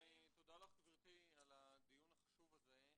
תודה לך, גברתי, על הדיון החשוב הזה,